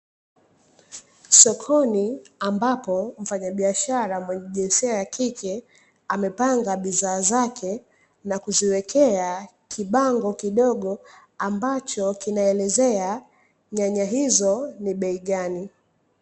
Sokoni, ambapo mfanyabiashara mwenye jinsia ya kike, amepanga bidhaa zake na kuziwekea kibango kidogo, ambacho kinaelezea nyanya hizo ni bei gani.